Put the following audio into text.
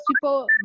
people